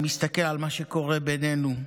אני מסתכל על מה שקורה בינינו.